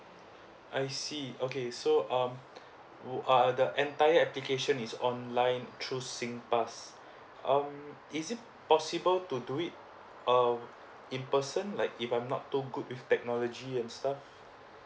I see okay so um wou~ uh the entire application is online through singpass um is it possible to do it um in person like if I'm not too good with technology and stuff